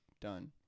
done